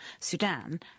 Sudan